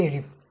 மிக எளிது